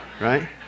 right